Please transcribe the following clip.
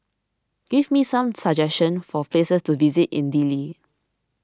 give me some suggestions for places to visit in Dili